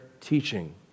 teaching